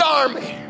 army